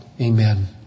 Amen